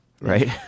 right